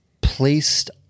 placed